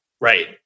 Right